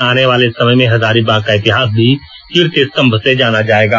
आने वाले समय में हजारीबाग का इतिहास भी कीर्ति स्तंभ से जाना जायेगा